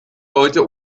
leute